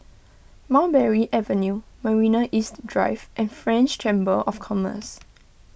Mulberry Avenue Marina East Drive and French Chamber of Commerce